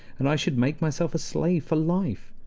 and i should make myself a slave for life.